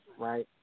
Right